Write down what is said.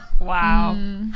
Wow